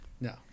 No